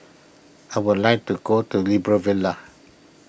I would like to call to Libreville